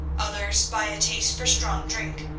others by a taste for strong drink,